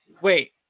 Wait